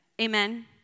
Amen